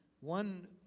One